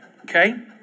Okay